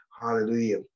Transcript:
Hallelujah